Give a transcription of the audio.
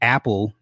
Apple